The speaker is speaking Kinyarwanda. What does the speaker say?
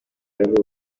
aribwo